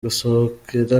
gusohokera